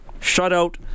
shutout